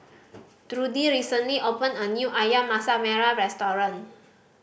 Trudie recently opened a new Ayam Masak Merah restaurant